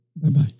Bye-bye